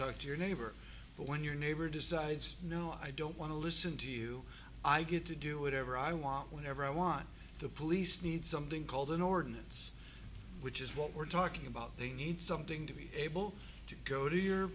talk to your neighbor but when your neighbor decides no i don't want to listen to you i get to do whatever i want whenever i want the police need something called an ordinance which is what we're talking about they need something to be able to go to your